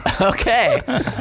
Okay